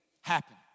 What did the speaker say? happen